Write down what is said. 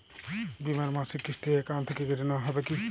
বিমার মাসিক কিস্তি অ্যাকাউন্ট থেকে কেটে নেওয়া হবে কি?